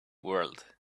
world